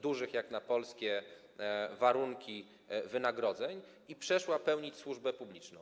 dużych jak na polskie warunki wynagrodzeń i przyszła pełnić służbę publiczną.